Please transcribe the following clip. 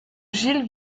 gil